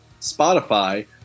Spotify